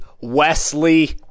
Wesley